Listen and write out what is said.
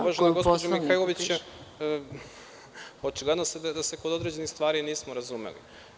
Uvažena gospođo Mihajlović, očigledno da se kod određenih stvari nismo razumeli.